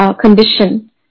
condition